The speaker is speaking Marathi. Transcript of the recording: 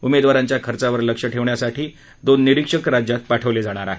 उमेदवारांच्या खर्चावर लक्ष ठेवण्यासाठी दोन निरीक्षक राज्यात पाठवले जाणार आहेत